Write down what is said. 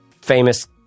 famous